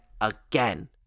again